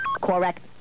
Correct